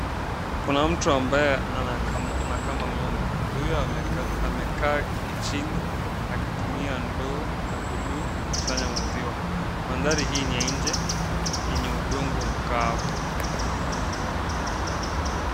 Kuna mtu ambaye anakama ngombe. Mtu huyu amekaa chini akitumia ndoo ya buluu kukusanya maziwa. Mandhari hii ni ya nje yenye udongo mkavu.